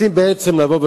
רוצים בעצם לומר,